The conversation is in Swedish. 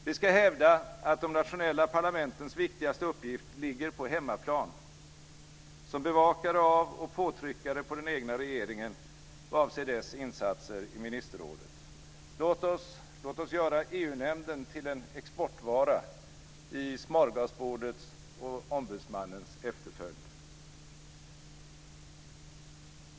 Vi ska hävda att de nationella parlamentens viktigaste uppgift ligger på hemmaplan som bevakare av och påtryckare på den egna regeringen vad avser dess insatser i ministerrådet. Låt oss göra EU-nämnden till en exportvara i smorgasbordets och ombudsmannens efterföljd!